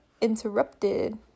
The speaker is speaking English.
interrupted